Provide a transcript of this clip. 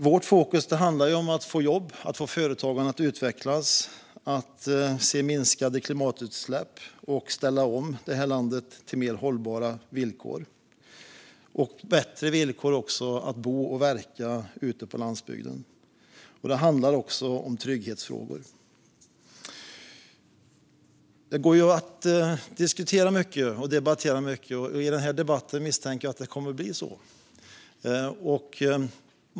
Vårt fokus handlar om att få jobb och företagande att utvecklas, se minskade klimatutsläpp och ställa om det här landet till mer hållbara villkor. Det handlar om bättre villkor för att bo och verka ute på landsbygden, och det handlar också om trygghetsfrågor. Det går att diskutera och debattera mycket. I den här debatten misstänker jag att det kommer att bli så.